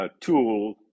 tool